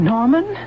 Norman